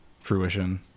fruition